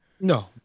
No